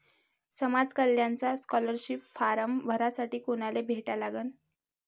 समाज कल्याणचा scholarship form भरासाठी कुनाले भेटा लागन?